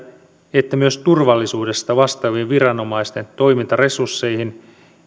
että myös turvallisuudesta vastaavien viranomaisten toimintaresursseihin